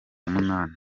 munani